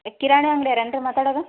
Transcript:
ಕಿರಾಣಿ ಆಂಗ್ಡಿಯವ್ರೇನು ರೀ ಮಾತಾಡೋದು